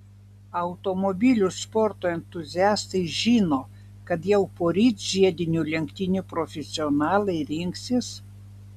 automobilių sporto entuziastai žino kad jau poryt žiedinių lenktynių profesionalai rinksis